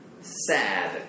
sad